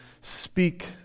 speak